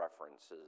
references